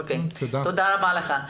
תודה רבה לך.